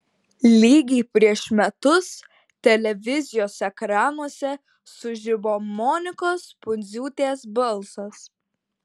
lygiai prieš metus televizijos ekranuose sužibo monikos pundziūtės balsas